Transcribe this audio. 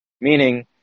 Meaning